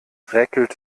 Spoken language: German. räkelt